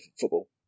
football